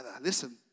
Listen